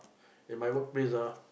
at my workplace ah